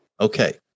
Okay